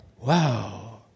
Wow